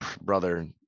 Brother